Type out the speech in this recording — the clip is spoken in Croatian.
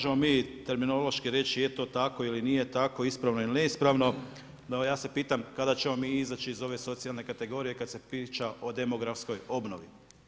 Pa možemo mi terminološki reći je to tako ili nije tako, ispravno ili ne ispravno, no ja se pitam kada ćemo mi izać iz ove socijalne kategorije kada se priča o demografskoj obnovi.